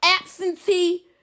Absentee